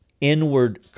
inward